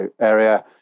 area